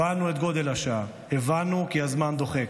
הבנו את גודל השעה, הבנו כי הזמן דוחק,